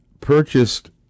purchased